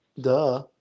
Duh